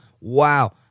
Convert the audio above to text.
Wow